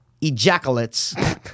ejaculates